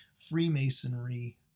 Freemasonry